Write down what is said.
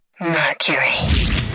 Mercury